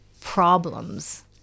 problems